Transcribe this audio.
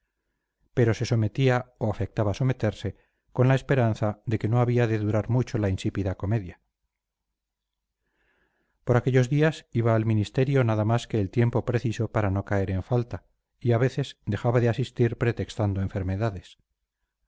pero se sometía o afectaba someterse con la esperanza de que no había de durar mucho la insípida comedia por aquellos días iba al ministerio nada más que el tiempo preciso para no caer en falta y a veces dejaba de asistir pretextando enfermedades